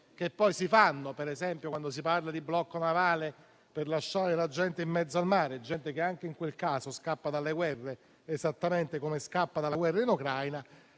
che poi si fanno - per esempio, quando si parla di blocco navale, per lasciare la gente in mezzo al mare, gente che anche in quel caso scappa dalle guerre, esattamente come scappa dalla guerra in Ucraina